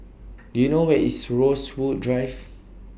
Do YOU know Where IS Rosewood Drive